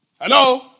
Hello